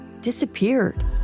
disappeared